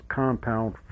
compound